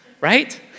Right